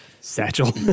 Satchel